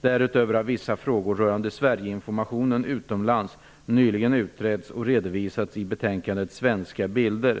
Därutöver har vissa frågor rörande Sverigeinformationen utomlands nyligen utretts och redovisats i betänkandet Svenska Bilder --